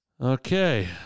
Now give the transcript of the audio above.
Okay